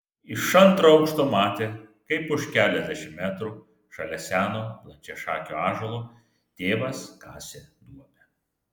iš antro aukšto matė kaip už keliasdešimt metrų šalia seno plačiašakio ąžuolo tėvas kasė duobę